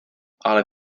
ale